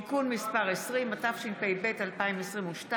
(תיקון מס' 20), התשפ"ב 2022,